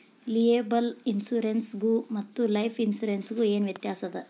Liable insurance ಗು ಮತ್ತ life insurance ಗು ಏನ್ ವ್ಯಾತ್ಯಾಸದ?